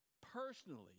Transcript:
personally